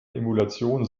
emulation